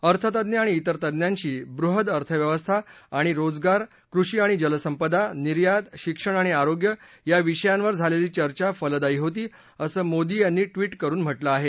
अर्थतज्ञ आणि इतर तज्ञांशी बृहद् अर्थव्यवस्था आणि रोजगार कृषी आणि जलसंपदा निर्यात शिक्षण आणि आरोग्य या विषयांवर झालेली चर्चा फलदायी होती असं मोदी यांनी बी करून म्हा तिं आहे